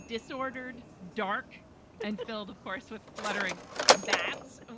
disordered, dark and filled, of course, with fluttering bats, and